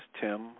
Tim